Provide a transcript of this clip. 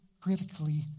critically